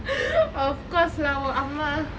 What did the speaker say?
of course lah உன் அம்மா:un amma